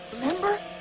remember